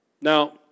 Now